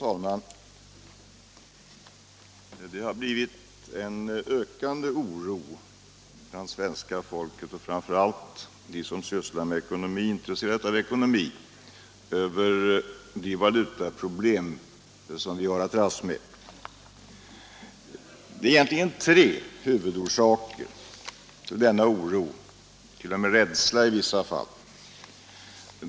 Herr talman! Det har uppstått en ökande oro bland svenska folket, och framför allt bland dem som sysslar med och är intresserade av ekonomi, över de valutaproblem som vi har att dras med. Det finns egentligen tre huvudorsaker till denna oro, t.o.m. rädsla i vissa fall.